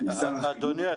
אדוני,